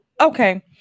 okay